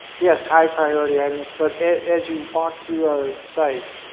yes, high priority items but as you walk through our sites,